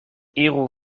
iru